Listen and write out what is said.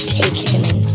taken